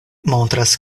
montras